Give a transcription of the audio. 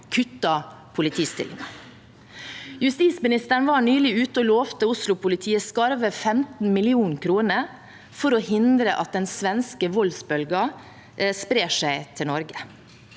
kutter politistillinger. Justisministeren var nylig ute og lovte Oslo-politiet skarve 15 mill. kr for å hindre at den svenske voldsbølgen sprer seg til Norge.